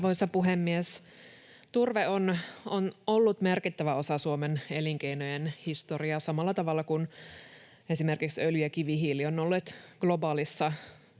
Arvoisa puhemies! Turve on ollut merkittävä osa Suomen elinkeinojen historiaa samalla tavalla kuin esimerkiksi öljy ja kivihiili ovat olleet globaalissa